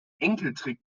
enkeltrick